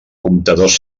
comptadors